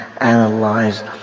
analyze